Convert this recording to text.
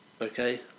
Okay